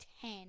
ten